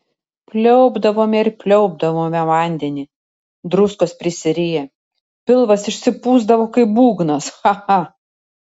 pliaupdavome ir pliaupdavome vandenį druskos prisiriję pilvas išsipūsdavo kaip būgnas cha cha